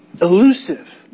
elusive